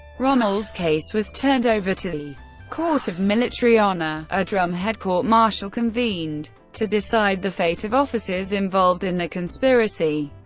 rommel's case was turned over to the court of military honour a drumhead court-martial convened to decide the fate of officers involved in the conspiracy.